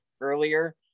earlier